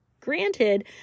Granted